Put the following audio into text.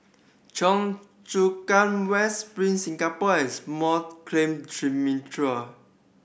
Chu Kang West Spring Singapore and Small Claim